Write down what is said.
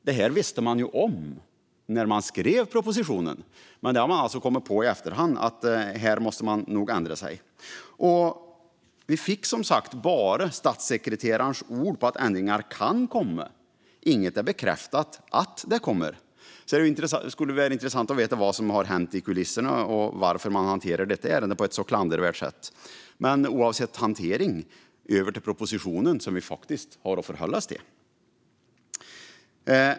Det här visste man ju om när man skrev propositionen. Men i efterhand har man alltså kommit på att man nog måste ändra sig. Vi fick som sagt bara statssekreterarens ord på att ändringar kan komma. Det är inte bekräftat att de kommer. Det skulle vara intressant att få veta vad som har hänt i kulisserna och varför man hanterar detta ärende på ett så klandervärt sätt. Men oavsett hantering vill jag gå över till propositionen, som vi faktiskt har att förhålla oss till.